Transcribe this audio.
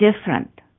different